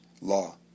law